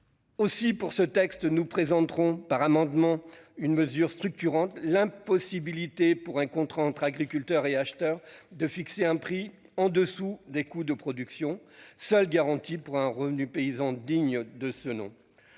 aujourd'hui. Mais nous proposerons par amendement une mesure structurante, l'impossibilité pour un contrat entre agriculteur et acheteur de fixer un prix inférieur aux coûts de production, seule garantie pour un revenu paysan digne de ce nom.